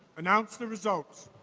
announce the results.